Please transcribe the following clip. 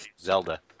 Zelda